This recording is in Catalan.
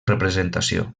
representació